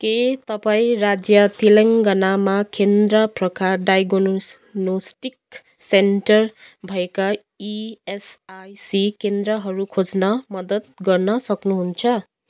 के तपाईँ राज्य तेलङ्गानामा केन्द्र प्रकार डायग्नोस्टिक सेन्टर भएका इएसआइसी केन्द्रहरू खोज्न मद्दत गर्न सक्नुहुन्छ